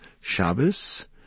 Shabbos